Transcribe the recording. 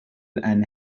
and